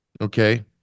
Okay